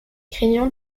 craignant